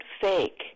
fake